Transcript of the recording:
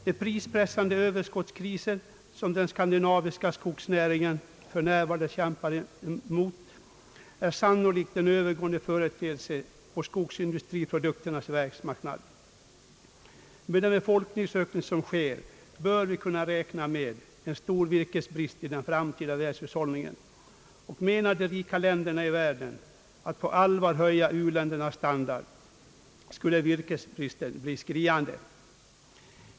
De prispressande Ööverskottskriser som den skandinaviska skogsnäringen för närvarande kämpar med är sannolikt en övergående företeelse på skogsindustriprodukternas = världsmarknad. Med den befolkningsökning som sker bör vi kunna räkna med en stor virkesbrist i den framtida världshushållningen, och skulle de rika länderna i världen på allvar höja u-ländernas standard, skulle virkesbristen bli skriande.